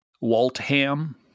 Waltham